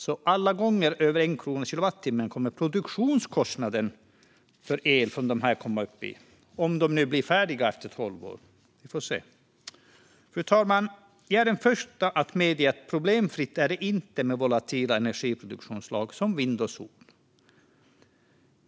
Produktionskostnaden för el från dessa kommer alla gånger att komma upp i över 1 krona per kilowattimme, om de nu blir färdiga efter tolv år. Vi får se. Fru talman! Jag är den första att medge att det inte är problemfritt med volatila energiproduktionsslag som vind och sol.